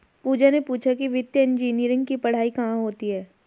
पूजा ने पूछा कि वित्तीय इंजीनियरिंग की पढ़ाई कहाँ होती है?